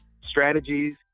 strategies